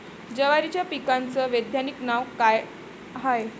जवारीच्या पिकाचं वैधानिक नाव का हाये?